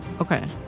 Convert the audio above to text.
Okay